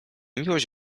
miłość